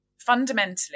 fundamentally